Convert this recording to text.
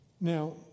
Now